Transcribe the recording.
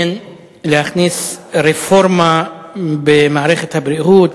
להכניס בחוק ההסדרים רפורמה במערכת הבריאות,